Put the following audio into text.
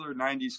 90s